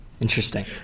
Interesting